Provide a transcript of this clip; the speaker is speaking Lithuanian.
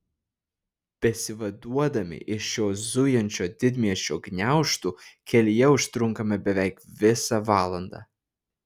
besivaduodami iš šio zujančio didmiesčio gniaužtų kelyje užtrunkame beveik visą valandą